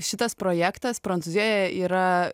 šitas projektas prancūzijoje yra